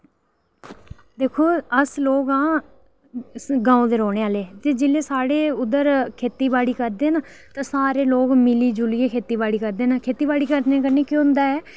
दिक्खो अस लोक आं ग्रां दे रौह्ने आह्ले ते जेल्लै साढ़े उद्धर खेती बाड़ी करदे न ते सारे लोक मिली जुलियै खेती बाड़ी करदे न खेती बाड़ी करने कन्नै केह् होंदा ऐ